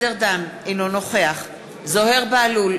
אינו נוכח זוהיר בהלול,